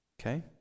Okay